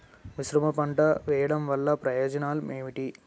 మిశ్రమ పంట వెయ్యడం వల్ల ప్రయోజనం ఏమిటి?